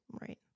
Right